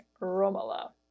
Romola